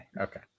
okay